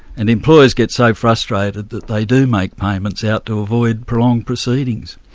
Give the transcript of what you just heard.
and employers get so frustrated that they do make payments out to avoid prolonged proceedings.